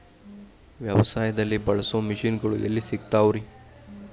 ವ್ಯವಸಾಯದಲ್ಲಿ ಬಳಸೋ ಮಿಷನ್ ಗಳು ಎಲ್ಲಿ ಸಿಗ್ತಾವ್ ರೇ?